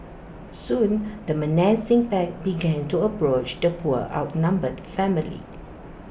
soon the menacing pack began to approach the poor outnumbered family